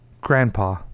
grandpa